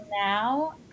now